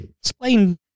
Explain